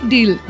Deal